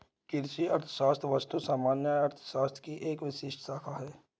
कृषि अर्थशास्त्र वस्तुतः सामान्य अर्थशास्त्र की एक विशिष्ट शाखा है